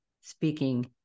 speaking